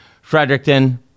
Fredericton